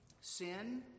sin